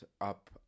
up